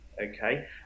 okay